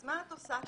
אז מה את עושה שם?